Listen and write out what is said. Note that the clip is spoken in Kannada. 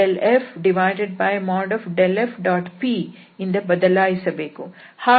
pಯಿಂದ ಬದಲಾಯಿಸಬೇಕು